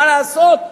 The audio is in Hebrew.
מה לעשות,